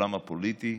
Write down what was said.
בעולם הפוליטי,